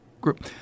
group